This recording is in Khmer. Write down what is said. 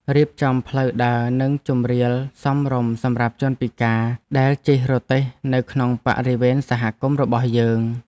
រៀបចំផ្លូវដើរនិងជម្រាលសមរម្យសម្រាប់ជនពិការដែលជិះរទេះនៅក្នុងបរិវេណសហគមន៍របស់យើង។